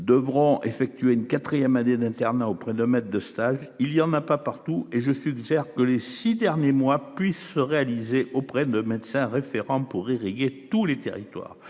devront effectuer une 4ème année d'internat auprès de maître de stage il y en a pas partout et je suggère que les six derniers mois puisse réaliser auprès de médecin référent pour irriguer tous les territoires.